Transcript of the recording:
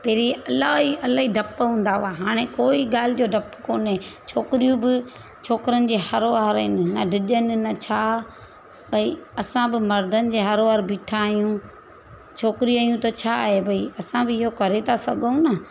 पहिरीं इलाही इलाही डपु हूंदा हुआ हाणे कोई ॻाल्हि जो डपु कोने छोकिरियूं बि छोकिरनि जे हरो हार आहिनि न डिॼनि न छा भई असां बि मर्दनि जे हरो हार बीठा आहियूं छोकिरी आहियूं त छा आहे भई असां बि इहो करे था सघूं न